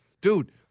Dude